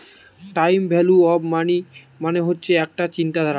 time value of money মানে হচ্ছে একটা চিন্তাধারা